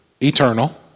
eternal